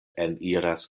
eniras